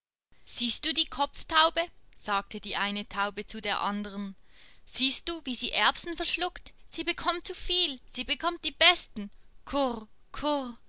siehst du die kropftaube sagte die eine taube zu der andern siehst du wie sie erbsen verschluckt sie bekommt zu viel sie bekommt die besten